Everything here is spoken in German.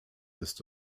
ist